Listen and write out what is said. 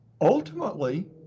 ultimately